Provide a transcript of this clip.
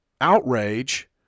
outrage